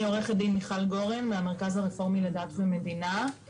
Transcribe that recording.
אני עו"ד מיכל גורן מהמרכז הרפורמי לדת ומדינה.